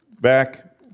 back